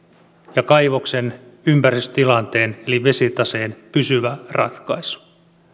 ja kaivoksen ympäristötilanteen eli vesitaseen pysyvä ratkaisu